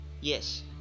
Yes